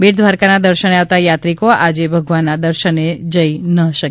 બેટ દ્વારકાના દર્શને આવતા યાત્રિકો આજે ભગવાનના દર્શને નહીં જઇ શકે